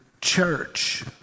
church